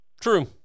True